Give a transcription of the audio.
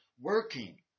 Working